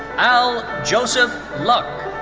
al joseph luck.